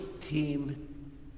team